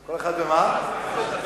כל אחד והעיתון שלו.